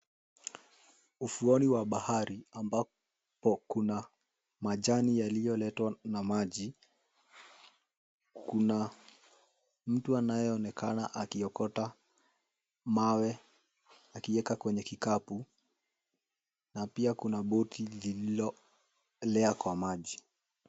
Ufuoni wa bahari ambapo kuna majani yaliyoletwa na maji. Kuna mtu anayeonekana akiokota mawe akiweka kwenye kikapu na pia kuna boti lililoelea kwa maji.